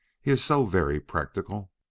he is so very practical.